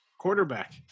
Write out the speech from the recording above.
quarterback